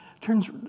turns